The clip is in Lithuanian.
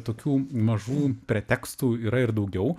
tokių mažų pretekstų yra ir daugiau